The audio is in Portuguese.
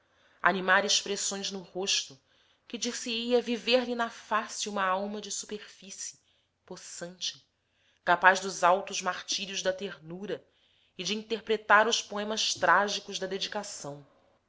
animar expressões no rosto que dir-se-ia viver lhe na face uma alma de superfície possante capaz dos altos martírios da ternura e de interpretar os poemas trágicos da dedicação